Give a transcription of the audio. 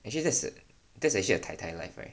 actually that's a that's a taitai life right